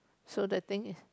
so the thing is